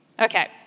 Okay